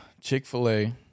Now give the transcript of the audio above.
Chick-fil-A